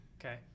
Okay